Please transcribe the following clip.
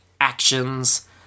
actions